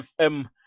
FM